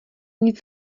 nic